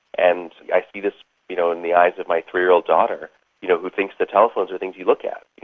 and i see this you know in the eyes of my three-year-old daughter you know who thinks that telephones are things you look at,